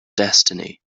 destiny